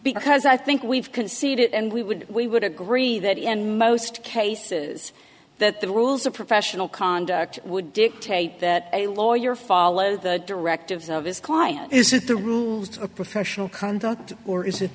because i think we've conceded and we would we would agree that in most cases that the rules of professional conduct would dictate that a lawyer follow the directives of his client is it the rules of professional conduct or is it